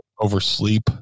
oversleep